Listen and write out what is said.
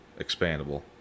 expandable